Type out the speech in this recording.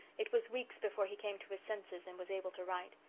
it was weeks before he came to his senses and was able to write.